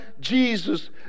Jesus